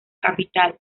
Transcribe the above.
capital